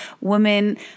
Women